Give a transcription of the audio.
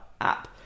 app